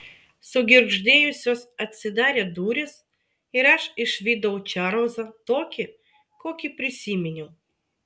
sugirgždėjusios atsidarė durys ir aš išvydau čarlzą tokį kokį prisiminiau